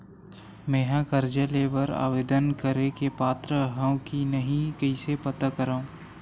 मेंहा कर्जा ले बर आवेदन करे के पात्र हव की नहीं कइसे पता करव?